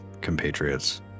compatriots